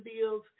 bills